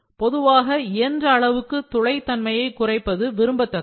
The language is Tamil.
பொதுவாக இயன்ற அளவுக்கு துளை தன்மையை குறைப்பது விரும்பத்தக்கது